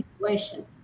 situation